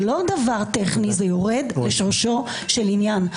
זה לא דבר טכני, זה יורד לשורשו של עניין.